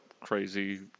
crazy